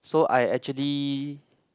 so I actually